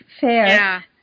Fair